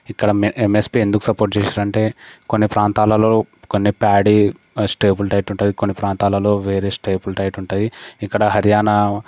ఇక్కడ ఎంఎస్పి ఎందుకు సపోర్ట్ చేశారంటే కొన్ని ప్రాంతాలలో కొన్ని ప్యాడి వెజిటేబుల్ టైట్ ఉంటుంది కొన్ని ప్రాంతాలలో వేరే స్టేబుల్ టైట్ ఉంటుంది ఇక్కడ హర్యానా